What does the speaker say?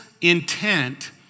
intent